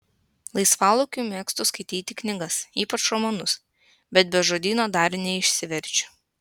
laisvalaikiu mėgstu skaityti knygas ypač romanus bet be žodyno dar neišsiverčiu